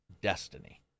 Destiny